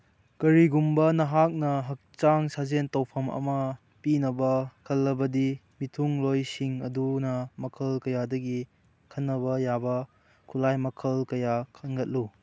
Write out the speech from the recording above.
ꯀꯔꯤꯒꯨꯝꯕ ꯅꯍꯥꯛꯅ ꯍꯛꯆꯥꯡ ꯁꯥꯖꯦꯜ ꯇꯧꯐꯝ ꯑꯃ ꯄꯤꯅꯕ ꯈꯜꯂꯕꯗꯤ ꯃꯤꯊꯨꯡꯂꯣꯏꯁꯤꯡ ꯑꯗꯨꯅ ꯃꯈꯜ ꯀꯌꯥꯗꯒꯤ ꯈꯟꯅꯕ ꯌꯥꯕ ꯈꯨꯂꯥꯏ ꯃꯈꯜ ꯀꯌꯥ ꯈꯪꯒꯠꯂꯨ